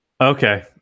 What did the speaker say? Okay